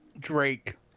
Drake